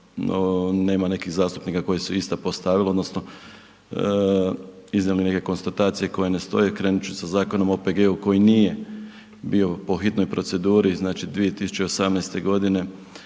nema nekih zastupnika koji su ista postavili odnosno iznijeli neke konstatacije koje ne stoje. Krenut ću sa Zakonom o OPG-u, koji nije bio po hitnoj proceduri, znači, 2018. godine